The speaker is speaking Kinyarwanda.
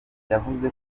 yavuze